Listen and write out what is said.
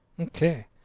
Okay